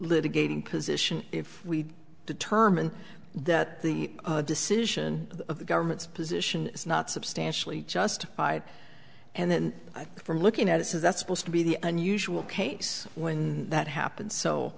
litigating position if we determine that the decision of the government's position is not substantially just hide and then from looking at it says that's supposed to be the unusual case when that happened so